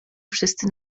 wszyscy